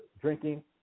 drinking